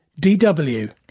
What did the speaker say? DW